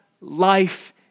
life